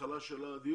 התחלנו כבר בבדיקה.